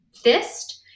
fist